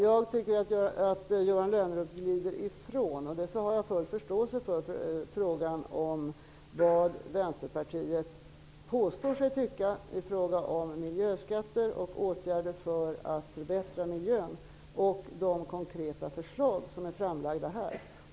Jag tycker att Johan Lönnroth glider ifrån frågan om vad Vänsterpartiet påstår sig tycka om miljöskatter och åtgärder för att förbättra miljön och de konkreta förslag som har lagts fram. Det har jag full förståelse för.